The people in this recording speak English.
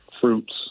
fruits